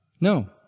No